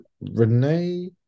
Renee